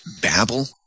babble